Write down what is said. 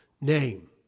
name